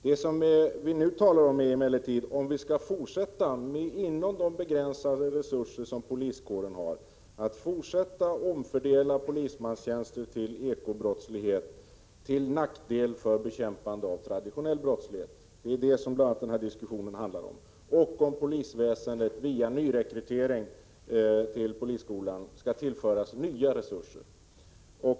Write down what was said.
Vad vi nu talar om är emellertid om vi inom de begränsade resurser som poliskåren har skall fortsätta att omfördela polismanstjänster till ekobrottsligheten till nackdel för bekämpande av traditionell brottslighet. Det är bl.a. det som diskussionen handlar om och dessutom huruvida polisväsendet via nyrekrytering till polisskolan skall tillföras nya resurser.